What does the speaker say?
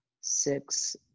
six